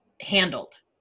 handled